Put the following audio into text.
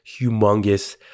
humongous